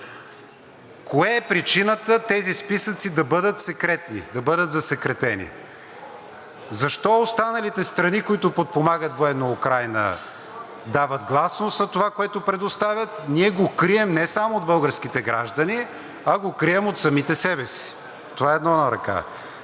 Коя е причината тези списъци да бъдат секретни, да бъдат засекретени? Защо останалите страни, които подпомагат военно Украйна, дават гласност на това, което предоставят, ние го крием не само от българските граждани, а го крием от самите себе си? Това е едно на ръка.